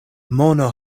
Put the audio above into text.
mono